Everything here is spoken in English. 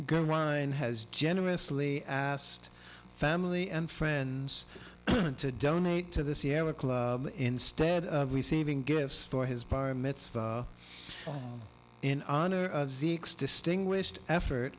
ryan has generously asked family and friends to donate to the sierra club instead of receiving gifts for his bar mitzvah in honor of zeke's distinguished effort